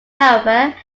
however